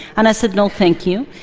and i said, no thank you.